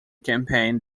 campaign